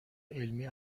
علمی